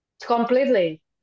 Completely